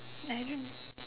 I don't know